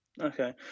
Okay